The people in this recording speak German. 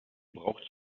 braucht